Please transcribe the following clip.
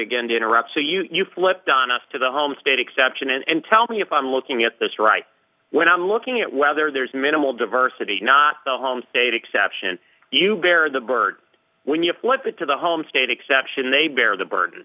again to interrupt so you flip donna's to the home state exception and tell me if i'm looking at this right when i'm looking at whether there is minimal diversity not the home state exception you bear the burden when you flip it to the home state exception they bear the burd